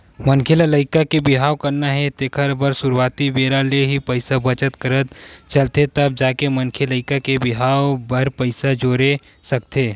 मनखे ल लइका के बिहाव करना हे तेखर बर सुरुवाती बेरा ले ही पइसा बचत करत चलथे तब जाके मनखे लइका के बिहाव बर पइसा जोरे सकथे